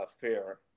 fair